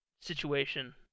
situation